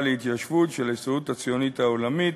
להתיישבות של ההסתדרות הציונית העולמית